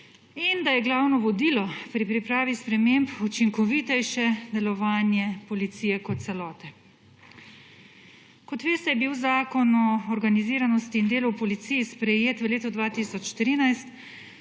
in da je glavno vodilo pri pripravi sprememb učinkovitejše delovanje policije kot celote. Kot veste, je bil Zakon o organiziranosti in delu v policiji sprejet v letu 2013,